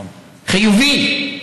חיובי.